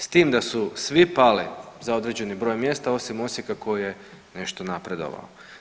S tim da su svi pali za određeni broj mjesta osim Osijeka koji je nešto napredovao.